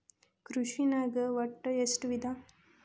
ಕೃಷಿನಾಗ್ ಒಟ್ಟ ಎಷ್ಟ ವಿಧ?